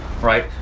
right